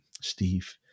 Steve